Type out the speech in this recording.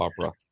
opera